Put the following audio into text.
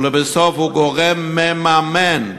ולבסוף היא גורם מממן,